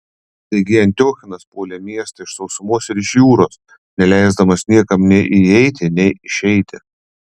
taigi antiochas puolė miestą iš sausumos ir iš jūros neleisdamas niekam nei įeiti nei išeiti